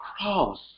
cross